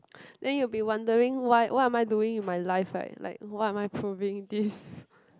then you will be wondering why what am I doing in my life right like why am I proving this